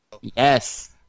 Yes